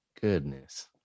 Goodness